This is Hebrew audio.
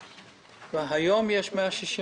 היום יש 160 רופאים.